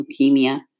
leukemia